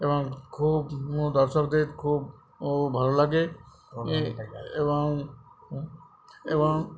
এবং খুব দর্শকদের খুব ও ভালো লাগে এবং এবং